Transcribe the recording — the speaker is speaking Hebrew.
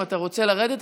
אם אתה רוצה לרדת,